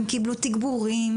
הם קיבלו תגבורים,